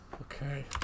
Okay